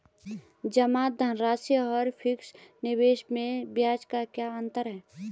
जमा धनराशि और फिक्स निवेश में ब्याज का क्या अंतर है?